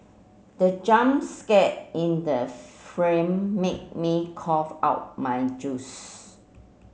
the jump scare in the made me cough out my juice